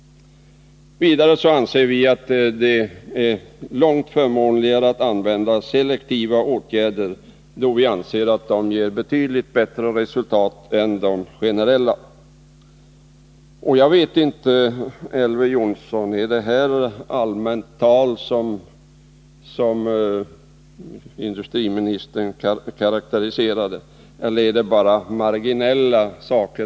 Vidare anser vi att det är långt förmånligare att använda selektiva åtgärder eftersom de ger betydligt bättre resultat än de generella. Jag vet inte om Elver Jonsson anser att det jag nu har nämnt är allmänt tal, som industriministern karakteriserar det, eller bara marginella saker.